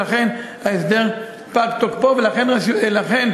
ולכן ההסדר פג תוקפו ולכן